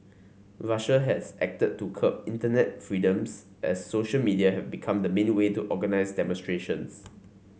Russia has acted to curb internet freedoms as social media have become the main way to organise demonstrations